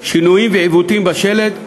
ויש שינויים ועיוותים בשלד,